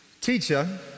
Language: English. Teacher